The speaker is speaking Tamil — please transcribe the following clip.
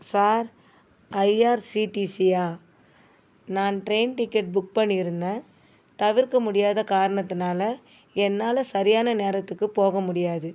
சார் ஐஆர்சிடிசியா நான் ட்ரெயின் டிக்கெட் புக் பண்ணியிருந்தேன் தவிர்க்க முடியாத காரணத்தினால என்னால் சரியான நேரத்துக்கு போக முடியாது